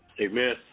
Amen